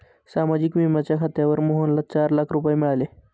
सामाजिक विम्याच्या खात्यावर मोहनला चार लाख रुपये मिळाले